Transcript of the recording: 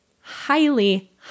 highly